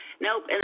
Nope